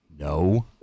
No